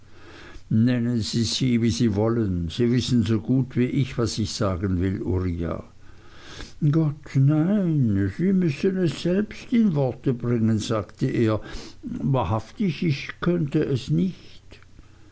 nennen sie sie wie sie wollen sie wissen so gut wie ich was ich sagen will uriah gott nein sie müssen es selbst in worte bringen sagte er wahrhaftig ich könnte es nicht